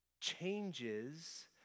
changes